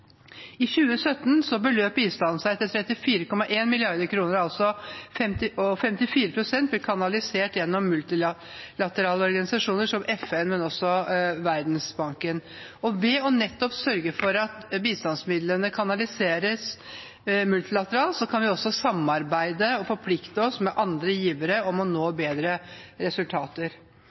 I 2017 beløp bistanden seg til 34,1 mrd. kr., og 54 pst. ble kanalisert gjennom multilaterale organisasjoner som FN, men også Verdensbanken. Ved nettopp å sørge for at bistandsmidlene kanaliseres multilateralt, kan vi også samarbeide med andre givere og forplikte oss til å nå bedre resultater.